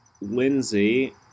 Lindsay